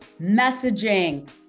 messaging